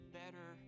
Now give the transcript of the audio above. better